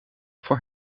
voor